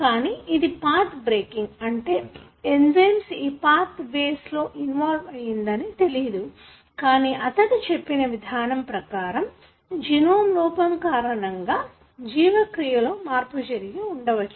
కానీ ఇది పాత్బ్రేకింగ్ అంటే అతడికి ఎంజయ్మ్స్ ఈ పాత్ వేస్ లో ఇన్వాల్వ్ అయ్యిందని తెలియదు కానీ అతడు చెప్పిన విధానం ప్రకారం జీనోమ్ లో లోపం కారణంగా జీవక్రియలో మార్పు జరిగి ఉండవచ్చు